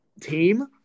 team